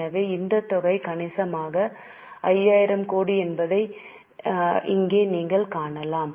எனவே இந்த தொகை கணிசமான 5000 கோடி என்பதை இங்கே நீங்கள் காணலாம்